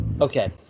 Okay